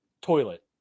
toilet